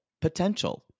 potential